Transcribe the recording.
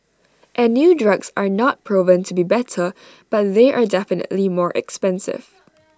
and new drugs are not proven to be better but they are definitely more expensive